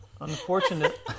Unfortunate